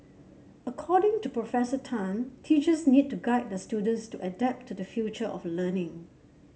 according to Professor Tan teachers need to guide their students to adapt to the future of learning